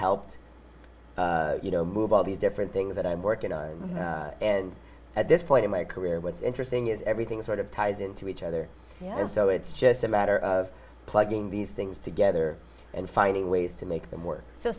helped you know move all these different things that i'm working on at this point in my career what's interesting is everything sort of ties into each other and so it's just a matter of plugging these things together and finding ways to make them work so